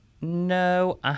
no